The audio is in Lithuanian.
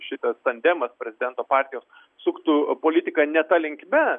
šitas tandemas prezidento partijos suktų politika ne ta linkme